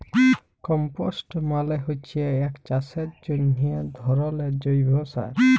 compost মালে হচ্যে এক চাষের জন্হে ধরলের জৈব সার